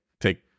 take